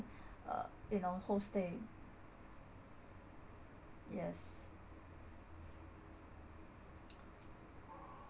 uh you know whole stay yes